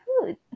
food